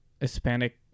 hispanic